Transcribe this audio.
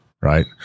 right